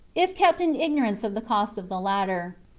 if kept in ignorance of the cost of the latter.